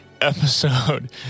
Episode